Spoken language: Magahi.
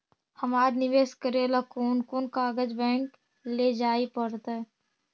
हमरा निवेश करे ल कोन कोन कागज बैक लेजाइ पड़तै?